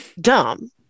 dumb